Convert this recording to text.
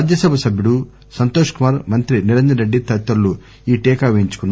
రాజ్యసభ సభ్యుడు సంతోష్ కుమార్ మంత్రి నిరంజన్ రెడ్డి తదితరులు ఈ టీకా పేయించుకున్నారు